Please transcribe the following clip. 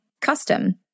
custom